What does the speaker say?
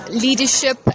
leadership